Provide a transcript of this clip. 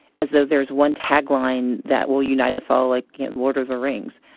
as though there's one tagline that will unite us all, like lord of the rings.